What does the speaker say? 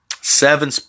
seven